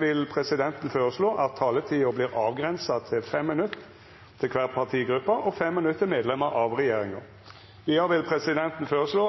vil presidenten føreslå at det – innanfor den fordelte taletida –